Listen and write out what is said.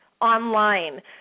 online